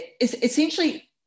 essentially